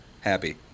happy